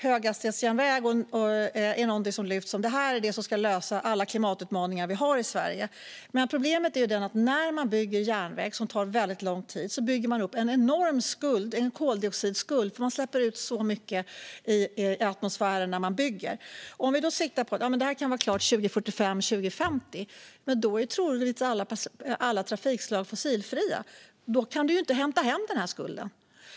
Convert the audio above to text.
Höghastighetsjärnväg lyfts fram som lösningen på alla klimatutmaningar i Sverige. Men när man bygger järnväg skapas en enorm koldioxidskuld, för under byggandet släpper man ut massor i atmosfären. När detta sedan är klart 2045-2050 är troligtvis alla trafikslag fossilfria, och då kan man inte hämta hem denna skuld.